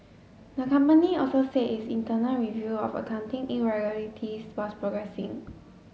the company also said its internal review of accounting irregularities was progressing